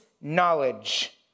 knowledge